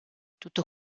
tutto